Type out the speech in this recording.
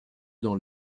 dans